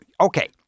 okay